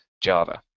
Java